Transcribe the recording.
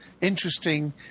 interesting